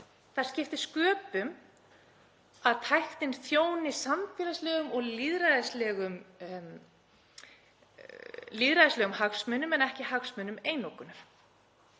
Það skiptir sköpum að tæknin þjóni samfélagslegum og lýðræðislegum hagsmunum en ekki hagsmunum einokunar.